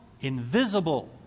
invisible